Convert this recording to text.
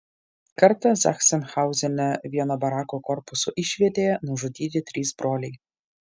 kartą zachsenhauzene vieno barako korpuso išvietėje nužudyti trys broliai